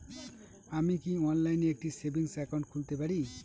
আমি কি অনলাইন একটি সেভিংস একাউন্ট খুলতে পারি?